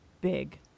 big